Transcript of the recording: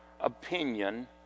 opinion